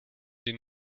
die